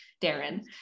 Darren